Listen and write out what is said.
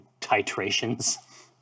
titrations